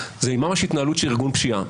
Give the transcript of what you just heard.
זה ממש התנהלות של ארגון פשיעה,